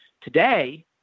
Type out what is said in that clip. today